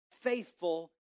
Faithful